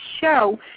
show